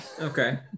okay